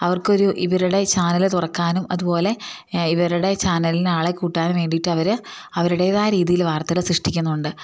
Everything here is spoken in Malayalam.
അവർക്ക് ഒരു ഇവരുടെ ചാനല് തുറക്കാനും അതുപോലെ ഇവരുടെ ചാനലിന് ആളെ കൂട്ടാനും വേണ്ടിയിട്ട് അവർ അവരുടേതായ രീതിയിൽ വാർത്തകൾ സൃഷ്ടിക്കുന്നുണ്ട്